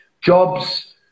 jobs